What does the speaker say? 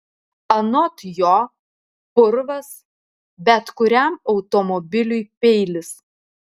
anot jo purvas bet kuriam automobiliui peilis